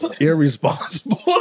irresponsible